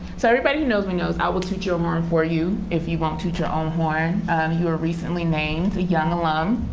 so everybody who knows me knows i will toot your horn for you if you won't toot your own um horn. and you were recently named a young alum